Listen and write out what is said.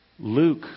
Luke